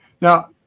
Now